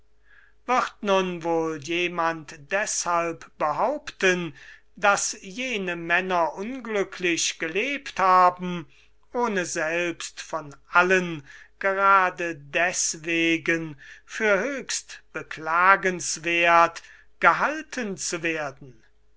wird nun wohl jemand deshalb behaupten daß jene männer unglücklich gelebt haben ohne selbst von allen gerade deswegen für höchst beklagenswerth gehalten zu werden